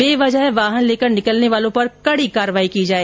बेवजह वाहन लेकर निकलने वालों पर कड़ी कार्यवाही की जाए